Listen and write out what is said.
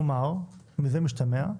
כלומר, מזה משתמע,